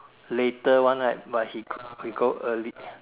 later one right but he he go early